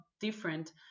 different